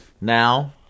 now